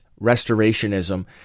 Restorationism